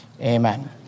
Amen